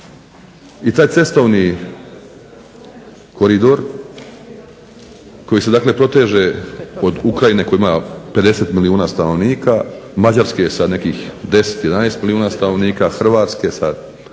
i taj cestovni koridor koji se dakle proteže od Ukrajine koja ima 50 milijuna stanovnika, Mađarske sa nekih 10, 11 milijuna stanovnika, Hrvatske sa